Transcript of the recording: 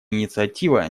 инициатива